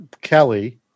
Kelly